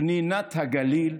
פנינת הגליל,